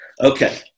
Okay